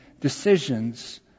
Decisions